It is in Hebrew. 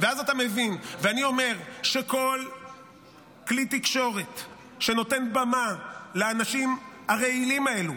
אני אומר שכל כלי תקשורת שנותן במה לאנשים הרעילים האלה,